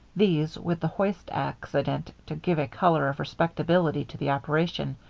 these, with the hoist accident to give a color of respectability to the operation,